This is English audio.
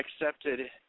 accepted